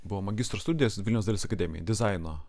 buvo magistro studijas vilniaus dailės akademijoj dizaino